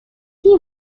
you